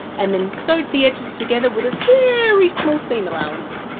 and then sewed the edges together with a very small seam allowance.